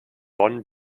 bonn